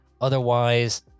Otherwise